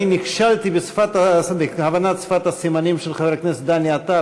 אני נכשלתי בהבנת שפת הסימנים של חבר הכנסת דני עטר,